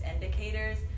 indicators